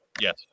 Yes